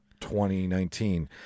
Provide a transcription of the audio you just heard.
2019